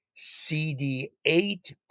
CD8